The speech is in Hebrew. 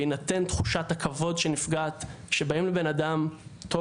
בהינתן תחושת הכבוד שנפגעת שבאים לבן אדם טוב